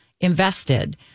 invested